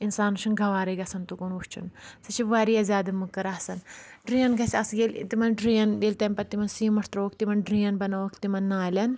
اِنسانس چھُنہٕ گَوارے گژھان توکُن وٕچھُن سُہ چھُ واریاہ زیادٕ مٔکٕر آسان ڈرٛین گژھِ آسٕنۍ ییٚلہِ تِمَن ڈرٛین ییٚلہِ تمہِ پَتہٕ تِمَن سیٖمنٛٹ ترٛووُکھ تِمَن ڈرٛین بَنٲوٕکھ تِمَن نالؠن